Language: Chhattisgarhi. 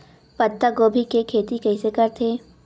पत्तागोभी के खेती कइसे करथे?